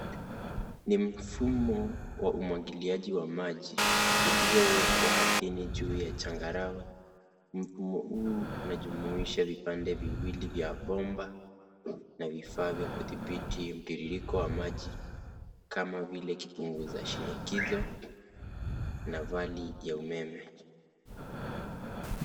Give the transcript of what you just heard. Ni mfumo wa umwagiliaji wa maji uliowekwa ardhini juu ya changarawe. Mfumo huu unajumuisha vipande viwili vya bomba na vifaa vya kudhibiti mtiririko wa maji kama vile kipunguza shinikizo na vali ya umeme.